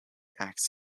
acts